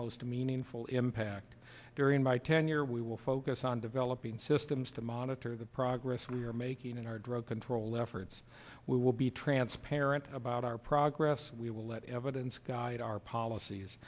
most meaningful impact during my tenure we will focus on developing systems to monitor the progress we're making in our drug control efforts we will be transparent about our progress we will let evidence guide our policies